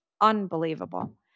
unbelievable